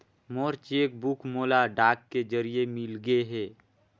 मोर cheque book मोला डाक के जरिए मिलगे हे